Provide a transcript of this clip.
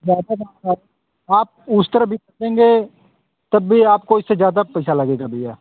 ज्यादा दाम आप आप उस तरफ भी तब भी आपको इससे ज्यादा पैसा लगेगा भैया